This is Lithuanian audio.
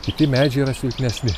kiti medžiai yra silpnesni